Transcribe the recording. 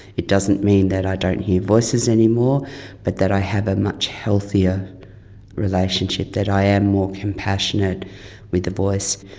it doesn't mean that i don't hear voices anymore about but that i have a much healthier relationship, that i am more compassionate with the voice.